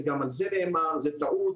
וגם על זה נאמר שזו טעות,